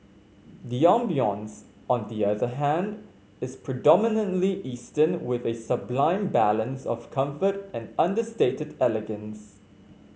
the ambience on the other hand is predominantly Eastern with a sublime balance of comfort and understated elegance